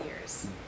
years